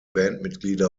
bandmitglieder